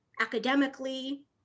academically